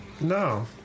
no